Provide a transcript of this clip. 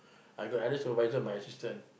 I got at least supervisor my assistant